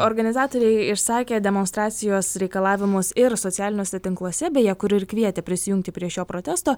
organizatoriai išsakė demonstracijos reikalavimus ir socialiniuose tinkluose beje kur ir kvietė prisijungti prie šio protesto